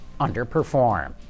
underperform